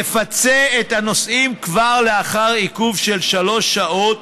תפצה את הנוסעים כבר לאחר עיכוב של שלוש שעות.